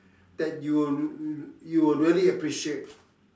that you you will really appreciate